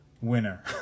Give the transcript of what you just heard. winner